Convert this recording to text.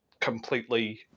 completely